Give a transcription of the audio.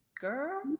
Girl